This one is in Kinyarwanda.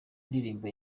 ndirimbo